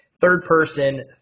Third-person